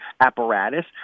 apparatus